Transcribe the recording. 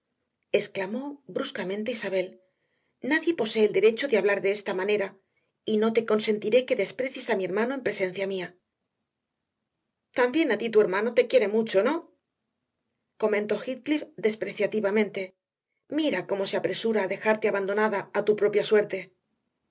exclamó bruscamente isabel nadie posee el derecho de hablar de esta manera y no te consentiré que desprecies a mi hermano en presencia mía también a ti tu hermano te quiere mucho no comentó heathcliff despreciativamente mira cómo se apresura a dejarte abandonada a tu propia suerte